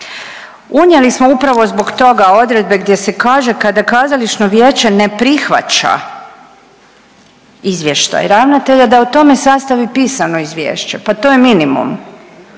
Unijeli smo upravo zbog toga odredbe gdje se kaže kada kazališno vijeće ne prihvaća izvještaj ravnatelja da o tome sastavi pisano izvješće, pa to je minimum,